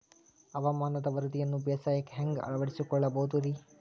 ಹವಾಮಾನದ ವರದಿಯನ್ನ ಬೇಸಾಯಕ್ಕ ಹ್ಯಾಂಗ ಅಳವಡಿಸಿಕೊಳ್ಳಬಹುದು ರೇ?